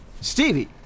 stevie